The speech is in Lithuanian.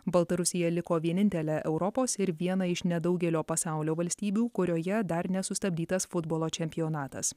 baltarusija liko vienintelė europos ir viena iš nedaugelio pasaulio valstybių kurioje dar nesustabdytas futbolo čempionatas